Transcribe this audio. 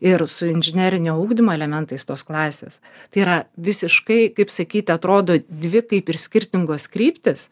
ir su inžinerinio ugdymo elementais tos klasės tai yra visiškai kaip sakyta atrodo dvi kaip ir skirtingos kryptys